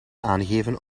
aangeven